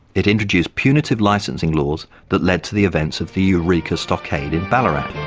it introduced punitive licensing laws that led to the events of the eureka stockade in ballarat.